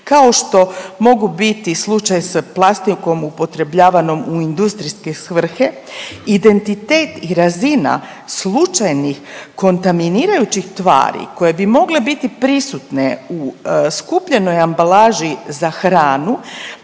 kao što mogu biti slučaj sa plastikom upotrebljavanom u industrijske svrhe. Identitet i razina slučajnih kontaminirajućih tvari koje bi mogle biti prisutne u skupljenoj ambalaži za hranu